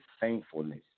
thankfulness